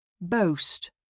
Boast